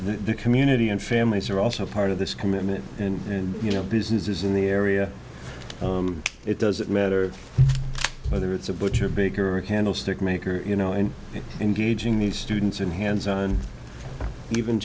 the community and families are also part of this commitment and you know business is in the area it doesn't matter whether it's a butcher baker or a candlestick maker you know and engaging these students and hands on even